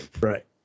Right